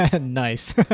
Nice